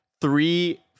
Three